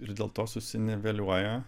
ir dėl to susiniveliuoja